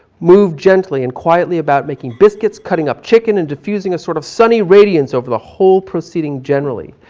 moved gently and quietly about, making biscuits, cutting up chicken and diffusing a sort of sunny radiance over the whole proceeding generally.